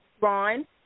Ron